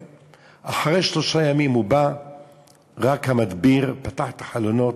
אחרי שלושה ימים בא רק המדביר, פתח את החלונות,